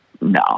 No